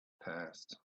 passed